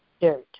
Dirt